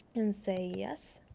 and say yes.